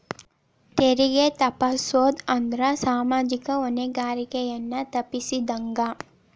ತೆರಿಗೆ ತಪ್ಪಸೊದ್ ಅಂದ್ರ ಸಾಮಾಜಿಕ ಹೊಣೆಗಾರಿಕೆಯನ್ನ ತಪ್ಪಸಿದಂಗ